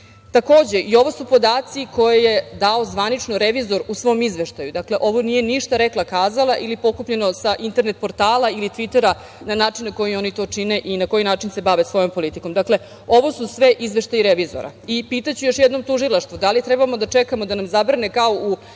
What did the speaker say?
opštine. Oo su podaci koje je dao zvanično revizor u svom izveštaju. Dakle, ovo nije ništa rekla-kazala ili pokupljeno sa internet portala ili Tvitera na način na koji oni to čine i na koji način se bave svojom politikom. Dakle, ovo su sve izveštaji revizora i pitaću još jednom Tužilaštvo da li trebamo da čekamo da nam zabrane, kao u